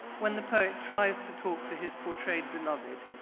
when the poet tries to talk to his portrayed beloved,